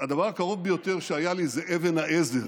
והדבר הקרוב ביותר שהיה לי זה "אבן העזר",